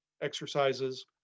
exercises